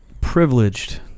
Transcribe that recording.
privileged